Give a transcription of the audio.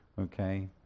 okay